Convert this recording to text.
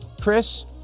Chris